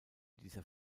dieser